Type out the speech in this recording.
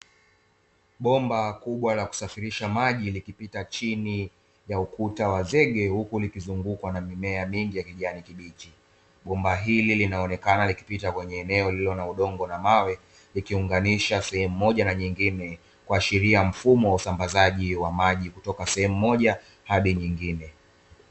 Bomba kubwa la kusafirisha maji likipita chini ya ukuta wa zege huku likizungukwa na mimea mingi ya kijani kibichi, bomba hili linaonekana likipita kwenye eneo lililo na udongo na mawe ikiunganisha sehemu moja na nyingine, kuashiria mfumo wa usambazaji wa maji kutoka sehemu moja hadi nyingine.